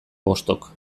bostok